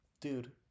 Dude